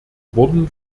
wurden